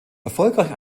erfolgreich